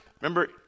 Remember